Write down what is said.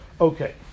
Okay